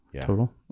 total